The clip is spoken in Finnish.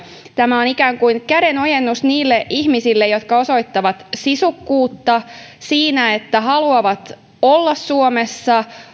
tämä on ikään kuin kädenojennus niille ihmisille jotka osoittavat sisukkuutta siinä että he haluavat olla suomessa